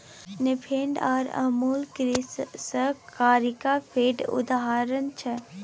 नेफेड आर अमुल कृषि सहकारिता केर उदाहरण छै